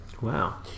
Wow